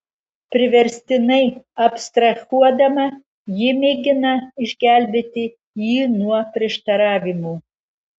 priverstinai abstrahuodama ji mėgina išgelbėti jį nuo prieštaravimų